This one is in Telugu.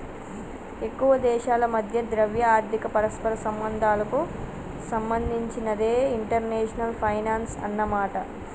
ఎక్కువ దేశాల మధ్య ద్రవ్య ఆర్థిక పరస్పర సంబంధాలకు సంబంధించినదే ఇంటర్నేషనల్ ఫైనాన్సు అన్నమాట